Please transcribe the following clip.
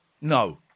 no